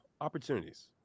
opportunities